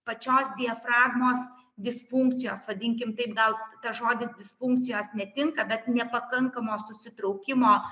pačios diafragmos disfunkcijos vadinkim taip gal tas žodis disfunkcijos netinka bet nepakankamo susitraukimo